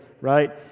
right